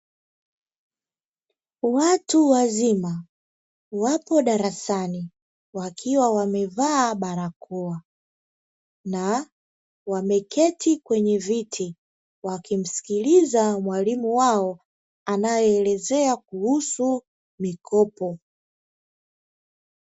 Watu wazima wapo darasani wakiwa wamevaa barakoa na wameketi kwenye viti, wakimsikiliza mwalimu wao anayeelezea kuhusu mikopo.